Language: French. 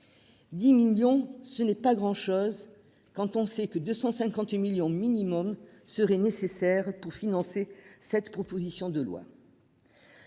10 millions ce n'est pas grand chose quand on sait que 258 millions minimum serait nécessaire pour financer cette proposition de loi.